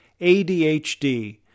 ADHD